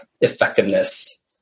effectiveness